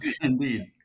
Indeed